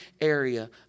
area